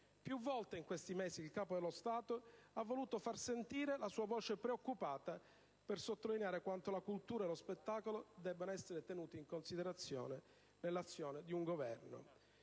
Più volte in questi mesi il Capo dello Stato ha voluto far sentire la sua voce preoccupata per sottolineare quanto la cultura e lo spettacolo debbano essere tenuti in considerazione nell'azione di governo.